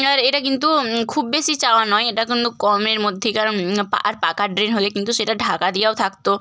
আর এটা কিন্তু খুব বেশি চাওয়া নয় এটা কিন্তু কমের মধ্যেকার পা আর পাকার ড্রেন হলে কিন্তু সেটা ঢাকা দেওয়াও থাকত